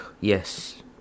Yes